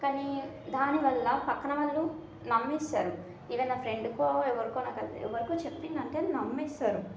కానీ దానివల్ల ప్రక్కన వాళ్ళు నమ్మేస్తారు ఈవెన్ నా ఫ్రెండ్కో ఎవరికో ఎవరికో చెప్పినా అంటే నమ్మేస్తారు